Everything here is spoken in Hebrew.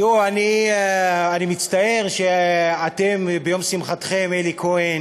תראו, אני מצטער שאתם, ביום שמחתכם, אלי כהן